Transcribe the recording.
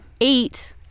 eight